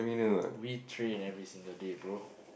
we train every single day bro